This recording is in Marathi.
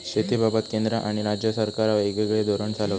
शेतीबाबत केंद्र आणि राज्य सरकारा येगयेगळे धोरण चालवतत